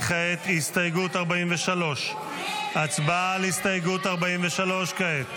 כעת הצבעה על הסתייגות 43. הסתייגות 43 לא נתקבלה.